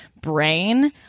brain